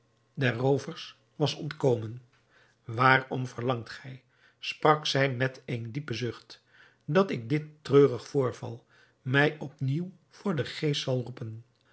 der roovers was ontkomen waarom verlangt gij sprak zij met een diepen zucht dat ik dit treurig voorval mij op nieuw voor den geest zal roepen